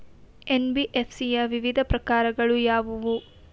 NBFC ಯ ವಿವಿಧ ಪ್ರಕಾರಗಳು ಯಾವುವು?